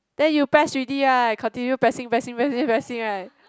then you press already right continue pressing pressing pressing pressing right